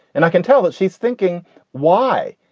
and i can tell that she's thinking why?